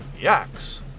yaks